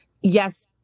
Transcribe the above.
yes